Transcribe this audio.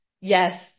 Yes